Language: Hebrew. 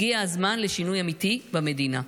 הגיע הזמן לשינוי אמיתי במדינה.